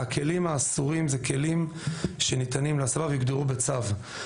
הכלים האסורים הם כלים שניתנים להסבה והם יוגדרו בצו.